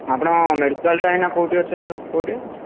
ଆପଣଙ୍କ ମେଡ଼ିକାଲଟା ଏଇନା କେଉଁଠି ଅଛି କେଉଁଠି